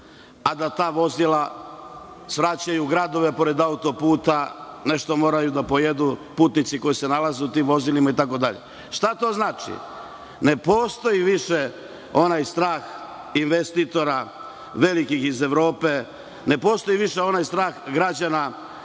a da ta vozila svraćaju u gradove pored auto-puta, nešto moraju da pojedu putnici koji se nalaze u tim vozilima itd. Šta to znači? Više ne postoji onaj strah velikih investitora iz Evrope. Ne postoji više ni onaj strah građana